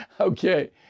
Okay